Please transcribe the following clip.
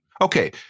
Okay